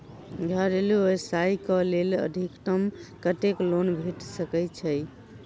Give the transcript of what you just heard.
घरेलू व्यवसाय कऽ लेल अधिकतम कत्तेक लोन भेट सकय छई?